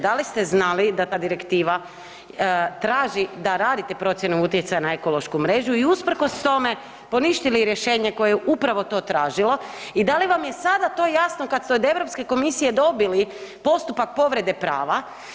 Da li ste znali da ta direktiva traži da radite procjenu utjecaja na ekološku mrežu i usprkos tome poništili rješenje koje je upravo to tražilo i da li vam je sada to jasno kad ste od Europske komisije dobili postupak povrede prava?